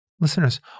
Listeners